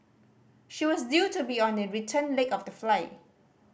she was due to be on the return leg of the flight